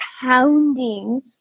pounding